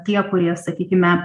tie kurie sakykime